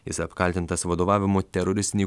jis apkaltintas vadovavimu teroristinei